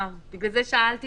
לכן שאלתי